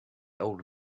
old